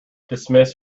dismiss